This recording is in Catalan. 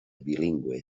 bilingüe